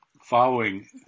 following